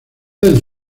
del